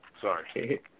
Sorry